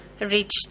reached